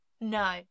No